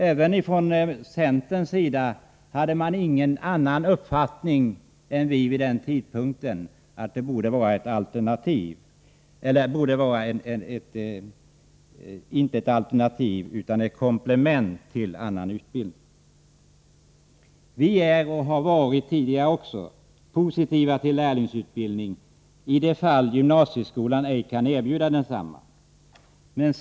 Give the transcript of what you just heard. Även inom centern hade man ingen annan uppfattning än den vi hade vid den tidpunkten, att lärlingsutbildningen inte borde vara ett alternativ utan komplement till annan utbildning. Vi är — och har också tidigare varit — positiva till lärlingsutbildning i de fall där gymnasieskolan ej kan erbjuda utbildning.